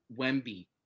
Wemby